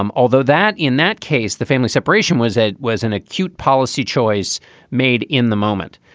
um although that in that case, the family separation was it was an acute policy choice made in the moment.